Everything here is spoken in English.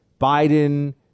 Biden